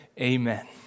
Amen